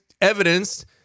evidenced